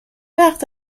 وقت